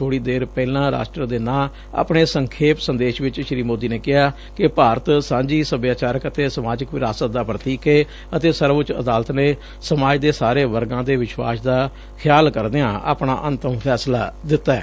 ਬੋੜ੍ਹੀ ਦੇਵ ਪਹਿਰਾਂ ਰਾਸ਼ਟਰ ਦੇ ਨਾਂ ਆਪਣੇ ਸੰਖੇਪ ਸੰਦੇਸ਼ ਵਿਚ ਸ੍ਰੀ ਮੋਦੀ ਨੇ ਕਿਹਾ ਕਿ ਭਾਰਤ ਸਾਂਝੀ ਸਭਿਆਚਾਰਕ ਅਤੇ ਸਮਾਜਿਕ ਵਿਰਾਸਤ ਦਾ ਪ੍ਰਤੀਕ ਏ ਅਤੇ ਸਰਵਉੱਚ ਅਦਾਲਤ ਨੇ ਸਮਾਜ ਦੇ ਸਾਰੇ ਵਰਗਾਂ ਦੇ ਵਿਸ਼ਵਾਸ਼ ਦਾ ਖਿਆਲ ਕਰਦਿਆਂ ਆਪਣਾ ਅੰਤਮ ਫੈਸਲਾ ਦਿੱਤੈ